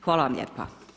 Hvala vam lijepa.